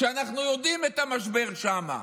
ואנחנו יודעים את המשבר שם.